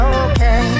okay